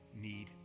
need